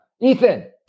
Ethan